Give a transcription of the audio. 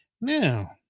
Now